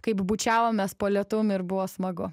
kai bučiavomės po lietum ir buvo smagu